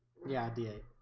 ya da